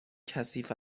کثیف